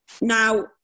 Now